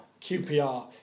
QPR